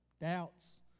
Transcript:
Doubts